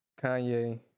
Kanye